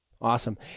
Awesome